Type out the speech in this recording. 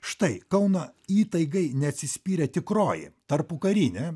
štai kauno įtaigai neatsispyrė tikroji tarpukarinė